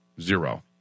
Zero